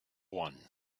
one